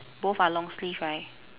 both are long sleeve right